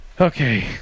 Okay